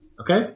Okay